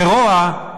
ורוע,